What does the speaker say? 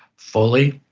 fully,